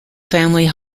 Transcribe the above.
family